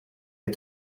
yet